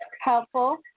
helpful